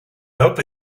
hope